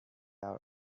our